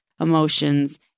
emotions